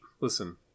listen